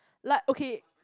like okay